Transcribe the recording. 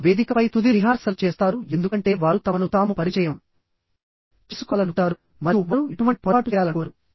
వారు వేదికపై తుది రిహార్సల్ చేస్తారు ఎందుకంటే వారు తమను తాము పరిచయం చేసుకోవాలనుకుంటారు మరియు వారు ఎటువంటి పొరపాటు చేయాలనుకోరు